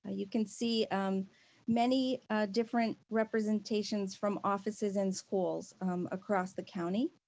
ah you can see many different representations from offices and schools across the county.